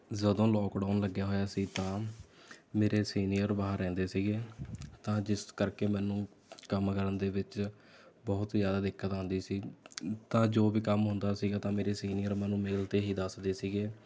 ਜਦੋਂ ਲੋਕਡਾਊਨ ਲੱਗਿਆ ਹੋਇਆ ਸੀ ਤਾਂ ਮੇਰੇ ਸੀਨੀਅਰ ਬਾਹਰ ਰਹਿੰਦੇ ਸੀ ਤਾਂ ਜਿਸ ਕਰਕੇ ਮੈਨੂੰ ਕੰਮ ਕਰਨ ਦੇ ਵਿੱਚ ਬਹੁਤ ਜ਼ਿਆਦਾ ਦਿੱਕਤ ਆਉਂਦੀ ਸੀ ਤਾਂ ਜੋ ਵੀ ਕੰਮ ਹੁੰਦਾ ਸੀ ਤਾਂ ਮੇਰੇ ਸੀਨੀਅਰ ਮੈਨੂੰ ਮੇਲ 'ਤੇ ਹੀ ਦੱਸਦੇ ਸੀ